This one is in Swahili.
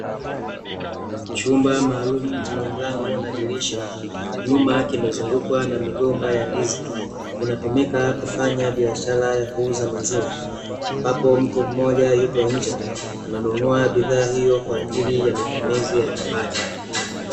Chumba maalumu chenye mlango na dirisha, nyuma kimezungukwa na migomba ya ndizi, kinatumika kufanya biashara ya kuuza maziwa, ambapo mtu mmoja yupo nje, ananunua bidhaa hiyo, kwaajili ya matumizi ya nyumbani.